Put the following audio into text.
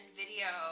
video